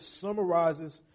summarizes